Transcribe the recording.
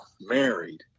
married